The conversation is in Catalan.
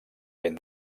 ben